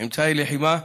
אמצעי לחימה.